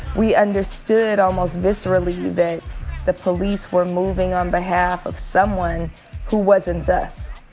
we understood, almost viscerally, that the police were moving on behalf of someone who wasn't us.